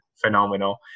phenomenal